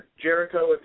Jericho